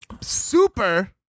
super